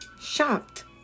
shocked